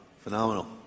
phenomenal